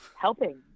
Helping